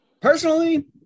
personally